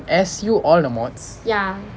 S_U all the modules